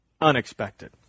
Unexpected